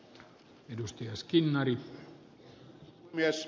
arvoisa puhemies